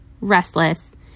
restless